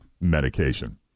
medication